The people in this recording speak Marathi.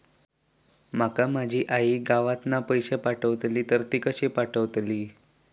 माका माझी आई गावातना पैसे पाठवतीला तर ती कशी पाठवतली?